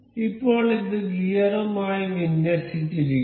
ഇപ്പോൾ ഇത് ഗിയറുമായി വിന്യസിച്ചിരിക്കുന്നു